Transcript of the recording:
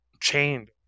chained